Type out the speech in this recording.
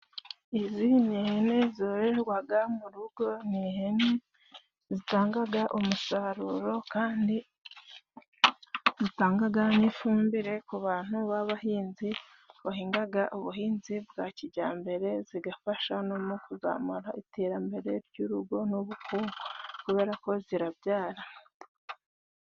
Izi ni ihene zororerwaga mu rugo, ni ihene zitangaga umusaruro, kandi zitangaga n'ifumbire ku bantu b'abahinzi bahingaga ubuhinzi bwa kijyambere, zigafasha no mu kuzamura iterambere ry'urugo n'ubukungu, kubera ko zirabyara.